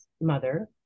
mother